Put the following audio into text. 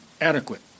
adequate